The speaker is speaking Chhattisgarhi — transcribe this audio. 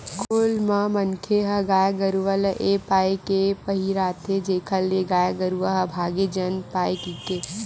खोल ल मनखे मन ह गाय गरुवा ले ए पाय के पहिराथे जेखर ले गाय गरुवा ह भांगे झन पाय कहिके